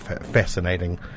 fascinating